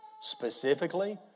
specifically